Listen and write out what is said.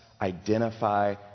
identify